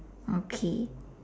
okay